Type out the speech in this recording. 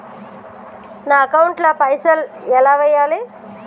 నా అకౌంట్ ల పైసల్ ఎలా వేయాలి?